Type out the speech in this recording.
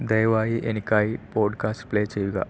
ദയവായി എനിക്കായി podcast play ചെയ്യുക